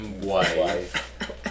wife